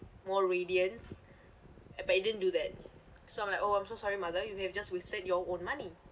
more radiance uh but it didn't do that so I'm like oh I'm so sorry mother you have just wasted your own money